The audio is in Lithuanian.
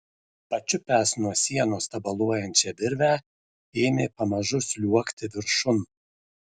pačiupęs nuo sienos tabaluojančią virvę ėmė pamažu sliuogti viršun